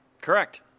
Correct